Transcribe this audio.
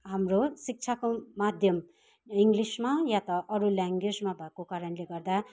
हाम्रो शिक्षाको माध्यम इङ्ग्लिसमा या त अरू ल्याङ्ग्वेजमा भएको कारणले गर्दा